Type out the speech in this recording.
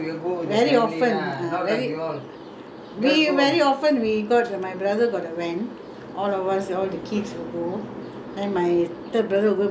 we very often we got my brother got the van all of us all the kids will go and my third brother will go and pluck all the you know there's coconut